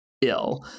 ill